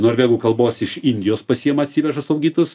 norvegų kalbos iš juos pasiima atsiveža slaugytojus